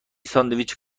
ساندویچ